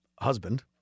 husband